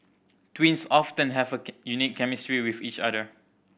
twins often have a unique chemistry with each other